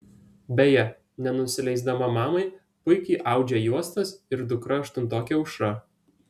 beje nenusileisdama mamai puikiai audžia juostas ir dukra aštuntokė aušra